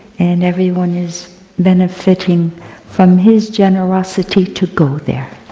and everyone is benefiting from his generosity to go there,